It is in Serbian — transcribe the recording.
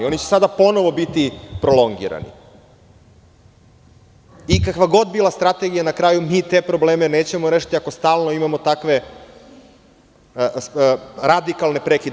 Oni će sada ponovo biti prolongirani i kakva god bila strategija, na kraju mi te probleme nećemo rešiti ako stalno imamo takve radikalne prekide.